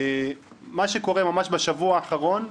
מה שקורה ממש בשבוע האחרון,